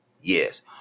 Yes